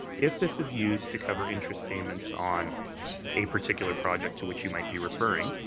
if this is used to cover interest payments on a particular project to which you might be referring,